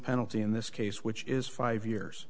penalty in this case which is five years